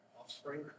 Offspring